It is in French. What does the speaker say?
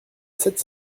sept